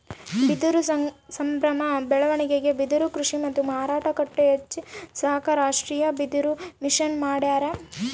ಬಿದಿರು ಸಮಗ್ರ ಬೆಳವಣಿಗೆಗೆ ಬಿದಿರುಕೃಷಿ ಮತ್ತು ಮಾರುಕಟ್ಟೆ ಹೆಚ್ಚಿಸಾಕ ರಾಷ್ಟೀಯಬಿದಿರುಮಿಷನ್ ಮಾಡ್ಯಾರ